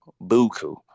Buku